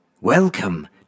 Welcome